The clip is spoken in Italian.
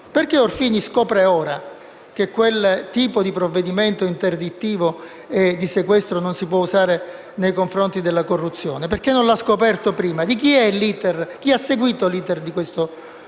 perché Orfini scopre solo ora che quel tipo di provvedimento interdittivo e di sequestro non si può usare nei confronti della corruzione? Perché non l'ha scoperto prima? Chi ha seguito l'*iter* di questo provvedimento?